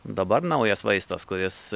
dabar naujas vaistas kuris